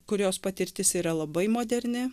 kurios patirtis yra labai moderni